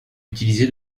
utilisé